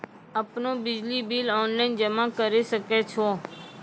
आपनौ बिजली bill online जमा करै सकै छौ?